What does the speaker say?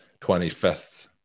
25th